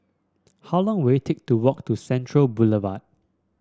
how long will it take to walk to Central Boulevard